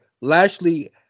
Lashley